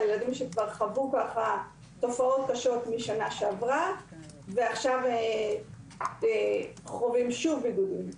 הילדים שכבר חוו תופעות קשות משנה שעברה ועכשיו שוב חווים בידוד.